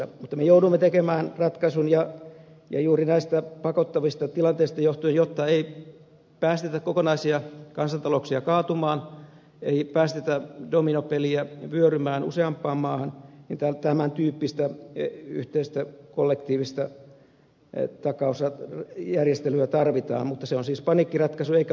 mutta me joudumme tekemään ratkaisun ja juuri näistä pakottavista tilanteista johtuen jotta ei päästetä kokonaisia kansantalouksia kaatumaan ei päästetä dominopeliä vyörymään useampaan maahan tämän tyyppistä yhteistä kollektiivista takausjärjestelyä tarvitaan mutta se on siis paniikkiratkaisu eikä ole pysyvä